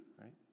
right